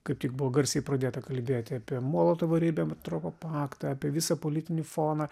kaip tik buvo garsiai pradėta kalbėti apie molotovo ribentropo paktą apie visą politinį foną